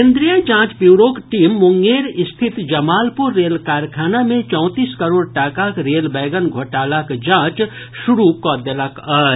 केंद्रीय जांच ब्यूरोक टीम मुंगेर स्थित जमालपुर रेल कारखाना मे चौंतीस करोड़ टाकाक रेल वैगन घोटालाक जांच शुरू कऽ देलक अछि